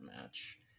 match